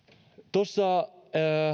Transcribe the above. tuossa